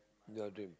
in your dream